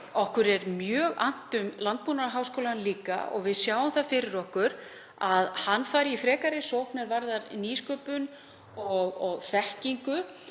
Okkur er líka mjög annt um Landbúnaðarháskólann og við sjáum það fyrir okkur að hann fari í frekari sókn í nýsköpun og þekkingu,